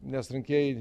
nes rinkėjai